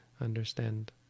understand